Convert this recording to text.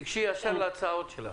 תיגשי ישר להצעות שלך.